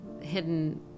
hidden